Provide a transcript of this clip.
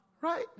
Right